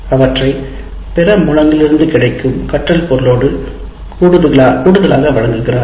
அவற்றை பிற மூலங்களிலிருந்து கிடைக்கும் கற்றல் பொருளோடு கூடுதலாக வழங்குகிறார்